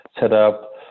setup